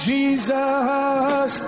Jesus